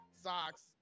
socks